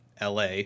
la